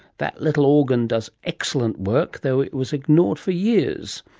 that little organ does excellent work, though it was ignored for years.